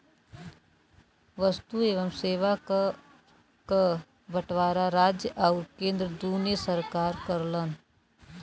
वस्तु एवं सेवा कर क बंटवारा राज्य आउर केंद्र दूने सरकार करलन